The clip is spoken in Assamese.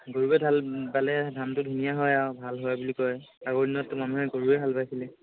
গৰুৱে হাল বালে ধানটো ধুনীয়া হয় আৰু ভাল হয় বুলি কয় আগৰ দিনতটো মানুহে গৰুৱে হাল বাইছিলে